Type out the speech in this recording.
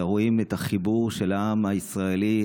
רואים את החיבור של העם הישראלי,